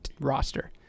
roster